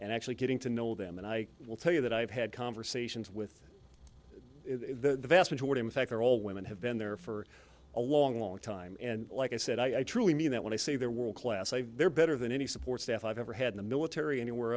and actually getting to know them and i will tell you that i've had conversations with the vast majority in fact they're all women have been there for a long long time and like i said i truly mean that when i say they're world class they're better than any support staff i've ever had the military anywhere